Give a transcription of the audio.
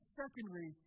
secondly